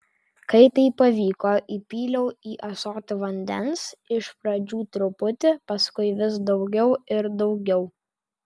kai tai pavyko įpyliau į ąsotį vandens iš pradžių truputį paskui vis daugiau ir daugiau